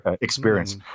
experience